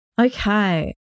Okay